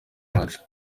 yacu